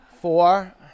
four